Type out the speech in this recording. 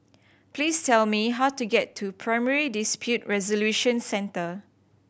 please tell me how to get to Primary Dispute Resolution Centre